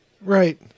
right